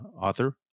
Author